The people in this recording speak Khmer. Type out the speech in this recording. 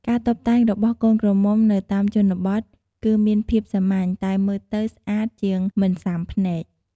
ការតុបតែងរបស់កូនក្រមុំនៅតាមជនបទគឺមានភាពសាមញ្ញតែមើលទៅស្អាតជាងមិនស៊ាំភ្នែក។